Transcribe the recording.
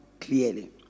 clearly